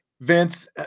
Vince